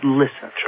listen